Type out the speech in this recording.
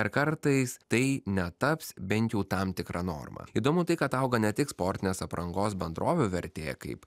ar kartais tai netaps bent jau tam tikra norma įdomu tai kad auga ne tik sportinės aprangos bendrovių vertė kaip